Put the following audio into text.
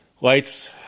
Lights